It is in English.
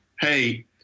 hey